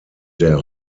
der